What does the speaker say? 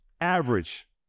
Average